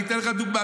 אני אתן לך דוגמה,